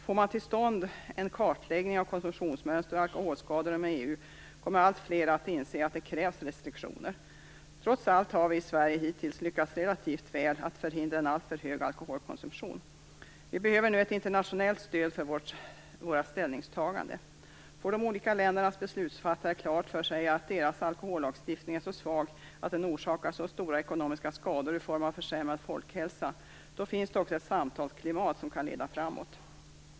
Får man till stånd en kartläggning av konsumtionsmönster och alkoholskador inom EU kommer alltfler att inse att det krävs restriktioner. Trots allt har vi i Sverige hittills lyckats relativt väl med att förhindra en alltför hög alkoholkonsumtion. Vi behöver nu ett internationellt stöd för vårt ställningstagande. Om de olika ländernas beslutsfattare får klart för sig att deras alkohollagstiftning är så svag att den orsakar stora ekonomiska skador i form av försämrad folkhälsa finns det också ett samtalsklimat som kan leda framåt.